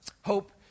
Hope